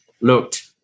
Looked